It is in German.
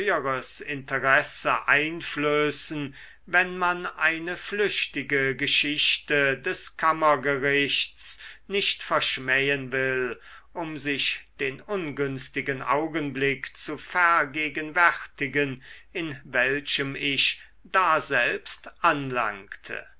interesse einflößen wenn man eine flüchtige geschichte des kammergerichts nicht verschmähen will um sich den ungünstigen augenblick zu vergegenwärtigen in welchem ich daselbst anlangte